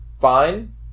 fine